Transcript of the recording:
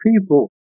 people